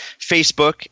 Facebook